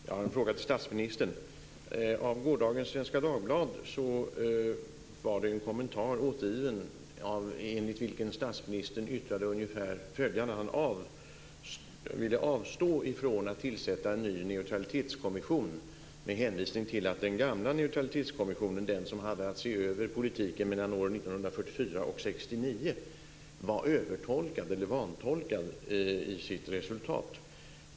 Fru talman! Jag har en fråga till statsministern. I gårdagens Svenska Dagbladet fanns en kommentar återgiven enligt vilken statsministern ville avstå från att tillsätta en ny neutralitetskommission med hänvisning till att den gamla, den som hade att se över politiken mellan åren 1944 och 1969, var övertolkad eller vantolkad i sitt resultat.